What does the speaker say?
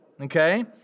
okay